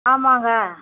ஆமாங்க